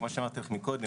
כמו שאמרתי לך קודם.